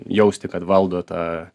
jausti kad valdo tą